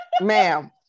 ma'am